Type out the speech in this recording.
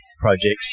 projects